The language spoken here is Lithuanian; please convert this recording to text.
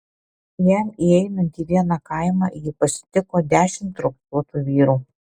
jam įeinant į vieną kaimą jį pasitiko dešimt raupsuotų vyrų